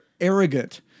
arrogant